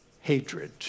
hatred